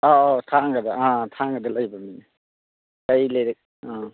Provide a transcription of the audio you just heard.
ꯑꯧ ꯊꯥꯡꯒꯗ ꯑꯪ ꯊꯥꯡꯒꯗ ꯂꯧꯕ ꯃꯤꯅꯦ ꯀꯔꯤ ꯂꯩꯔꯦ ꯑꯪ